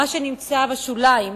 מה שנמצא בשוליים,